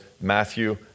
Matthew